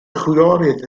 chwiorydd